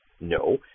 No